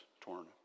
torn